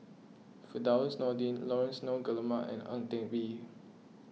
Firdaus Nordin Laurence Nunns Guillemard and Ang Teck Bee